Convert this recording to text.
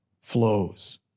flows